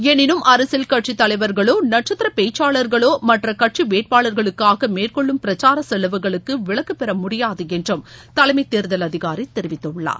எனினும் அரசியல் கட்சித் தலைவர்களோ நட்சத்திர பேச்சாளர்களோ மற்ற கட்சி வேட்பாளர்களுக்காக மேற்கொள்ளும் பிரச்சார செலவுகளுக்கு விலக்கு பெற முடியாது என்றும் தலைமை தேர்தல் அதிகாரி தெரிவித்துள்ளார்